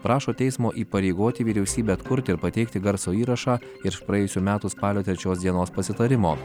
prašo teismo įpareigoti vyriausybę atkurti ir pateikti garso įrašą iš praėjusių metų spalio trečios dienos pasitarimo